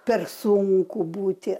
per sunku būti